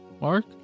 Mark